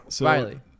Riley